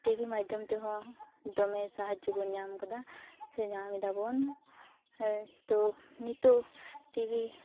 T V ᱢᱟᱫᱽᱫᱷᱚᱢ ᱛᱮᱦᱚᱸ ᱫᱚᱢᱮ ᱥᱟᱦᱟᱡᱽᱡᱚ ᱵᱚᱱ ᱧᱟᱢ ᱠᱟᱫᱟ ᱥᱮ ᱧᱟᱢ ᱮᱫᱟᱵᱚᱱ ᱛᱳ ᱱᱤᱛᱚᱜ ᱴᱤ ᱵᱷᱤ